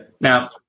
Now